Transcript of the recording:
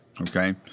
okay